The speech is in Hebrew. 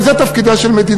שגם זה תפקידה של מדינה,